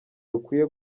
rukwiye